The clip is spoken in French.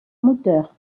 moteurs